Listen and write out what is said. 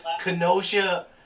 Kenosha